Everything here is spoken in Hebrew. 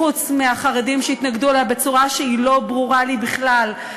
חוץ מהחרדים שהתנגדו לה בצורה שלא ברורה לי בכלל,